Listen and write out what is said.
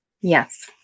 Yes